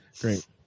Great